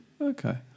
okay